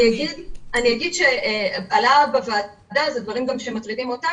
אני אומר שבוועדה עלו דברים שגם מטרידים אותנו,